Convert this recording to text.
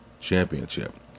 championship